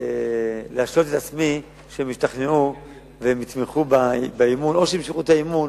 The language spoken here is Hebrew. להשלות את עצמי שהם השתכנעו והם יתמכו באמון או שימשכו את האי-אמון,